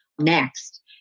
next